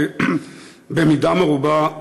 במידה מרובה,